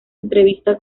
entrevista